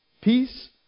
Peace